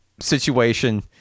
situation